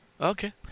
Okay